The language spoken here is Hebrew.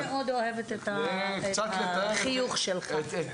אני מאוד אוהבת את החיוך שלך,